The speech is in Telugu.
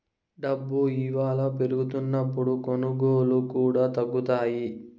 డబ్బు ఇలువ పెరుగుతున్నప్పుడు కొనుగోళ్ళు కూడా తగ్గుతాయి